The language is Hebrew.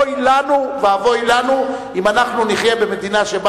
אוי לנו ואבוי לנו אם אנחנו נחיה במדינה שבה